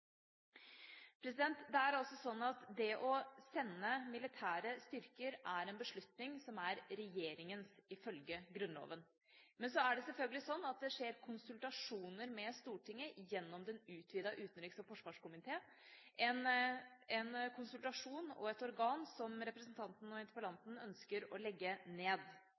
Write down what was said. Det er altså sånn at det å sende militære styrker er en beslutning som er regjeringas, ifølge Grunnloven. Men så er det selvfølgelig sånn at det skjer konsultasjoner med Stortinget gjennom den utvidede utenriks- og forsvarskomité – en konsultasjon og et organ som representanten og interpellanten ønsker å legge ned.